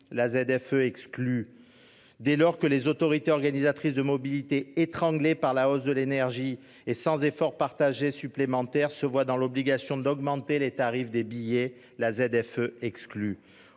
la ZFE exclut. Dès lors que les autorités organisatrices de la mobilité, étranglées par la hausse de l'énergie et sans effort partagé supplémentaire, se voient dans l'obligation d'augmenter les tarifs des billets, la ZFE exclut.